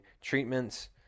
treatments